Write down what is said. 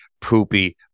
poopy